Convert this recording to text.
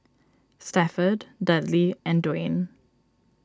Stafford Dudley and Dwain